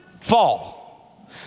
Fall